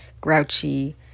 grouchy